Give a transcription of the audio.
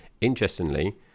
interestingly